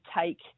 take